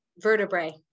vertebrae